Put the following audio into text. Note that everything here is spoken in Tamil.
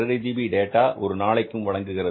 5 ஜிபி டேட்டா ஒரு நாளைக்கு வழங்குகிறது